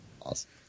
Awesome